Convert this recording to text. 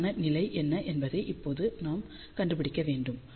மோசமான நிலை என்ன என்பதை இப்போது நாம் கண்டுபிடிக்க வேண்டும்